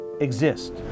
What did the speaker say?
exist